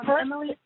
Emily